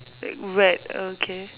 like rat okay